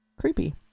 creepy